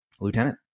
Lieutenant